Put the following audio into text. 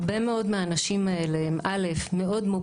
הרבה מאוד מהאנשים האלה הם מאוד מוביליים.